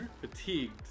Fatigued